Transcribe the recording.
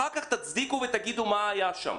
אחר כך תצדיקו ותגידו מה היה שם.